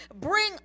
bring